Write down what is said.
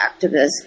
activists